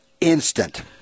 instant